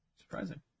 Surprising